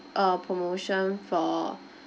uh promotion for